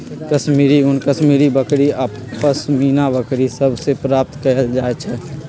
कश्मीरी ऊन कश्मीरी बकरि आऽ पशमीना बकरि सभ से प्राप्त कएल जाइ छइ